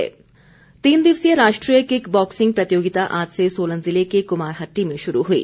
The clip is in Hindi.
किक बॉक्सिंग तीन दिवसीय राष्ट्रीय किक बॉक्सिंग प्रतियोगिता आज से सोलन जिले के कुमारहट्टी में शुरू हुई